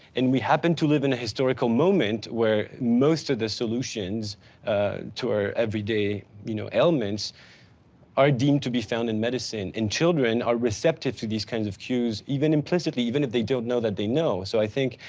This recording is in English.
and we happen to live in a historical moment where most of the solutions to our everyday you know ailments are deemed to be found in medicine, and children are receptive to these kinds of cues, even implicitly, even if they don't know that they know. so i think,